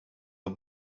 the